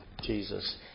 Jesus